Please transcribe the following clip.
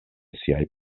siaj